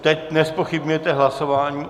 Teď nezpochybňujete hlasování?